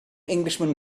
englishman